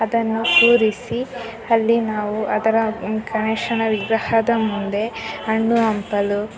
ಅದನ್ನು ಕೂರಿಸಿ ಅಲ್ಲಿ ನಾವು ಅದರ ಗಣೇಶನ ವಿಗ್ರಹದ ಮುಂದೆ ಹಣ್ಣು ಹಂಪಲು